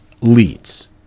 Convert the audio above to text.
leads